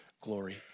glory